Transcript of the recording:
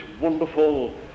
wonderful